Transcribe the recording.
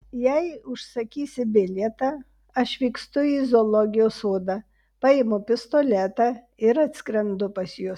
jei užsakysi bilietą aš vykstu į zoologijos sodą paimu pistoletą ir atskrendu pas jus